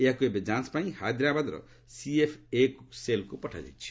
ଏହାକୁ ଏବେ ଯାଞ୍ଚ୍ ପାଇଁ ହାଇଦ୍ରାବାଦର ସିଏଫ୍ଏ ସେଲକ୍ ପଠାଯାଇଛି